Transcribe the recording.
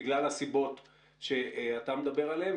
בגלל הסיבות שאתה מדבר עליהן,